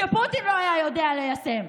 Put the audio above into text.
שפוטין לא היה יודע ליישם.